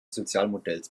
sozialmodells